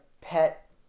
pet